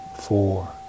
four